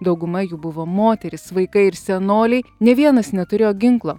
dauguma jų buvo moterys vaikai ir senoliai nė vienas neturėjo ginklo